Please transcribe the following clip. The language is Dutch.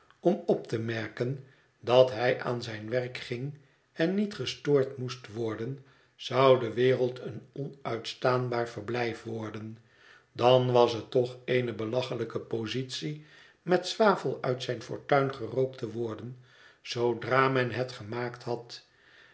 om op te merken dat hij aan zijn werk ging en niet gestoord moest worden zou de wereld een onuitstaanbaar verblijf worden dan was het toch eene belachelijke positie met zwavel uit zijn fortuin gerookt te worden zoodra men het gemaakt had